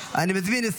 אני מזמין את